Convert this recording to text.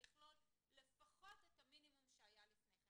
לכלול לפחות את המינימום שהיה לפני כן,